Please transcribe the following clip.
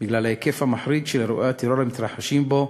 בגלל ההיקף המחריד של אירועי הטרור המתרחשים בו,